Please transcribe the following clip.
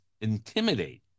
intimidate